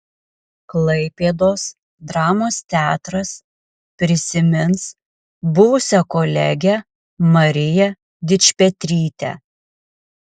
klaipėdos dramos teatras prisimins buvusią kolegę mariją dičpetrytę